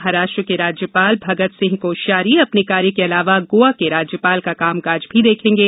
महाराष्ट्र के राज्यपाल भगत सिंह कोश्यारी अपने कार्य के अलावा गोवा के राज्यपाल का काम काज भी देखेंगे